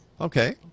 Okay